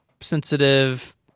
sensitive